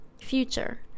future